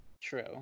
True